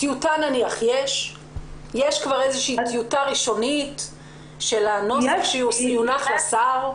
יש איזו טיוטה ראשונית של הנוסח שיונח על השר,